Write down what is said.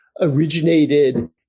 originated